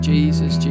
Jesus